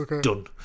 done